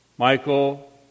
Michael